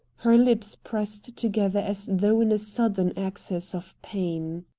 her lips pressed together as though in a sudden access of pain.